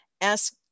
ask